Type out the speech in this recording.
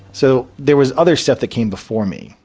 so, there was other stuff that came before me.